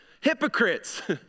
hypocrites